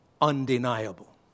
undeniable